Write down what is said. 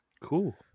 cool